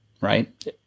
Right